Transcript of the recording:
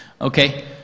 Okay